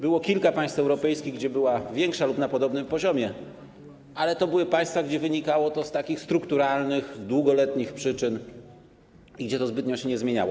Było kilka państw europejskich, gdzie była większa luka lub na podobnym poziomie, ale to były państwa, gdzie wynikało to z takich strukturalnych, długoletnich przyczyn i gdzie to zbytnio się nie zmieniało.